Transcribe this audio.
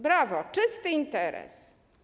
Brawo, czysty interes.